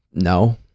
No